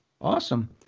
Awesome